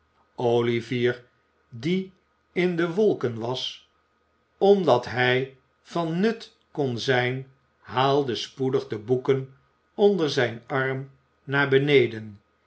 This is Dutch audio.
olivier die in de wolken was omdat hij van nut kon zijn haalde spoedig de boeken onder zijn arm naar beneden